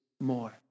more